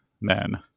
men